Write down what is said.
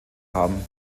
haben